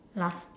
last